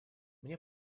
мне